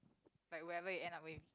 like wherever you end up with